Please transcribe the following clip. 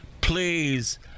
Please